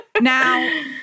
Now